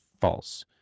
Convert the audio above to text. false